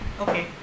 Okay